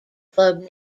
club